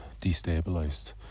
destabilized